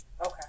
Okay